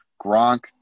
Gronk